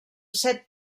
set